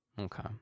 Okay